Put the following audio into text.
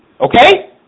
okay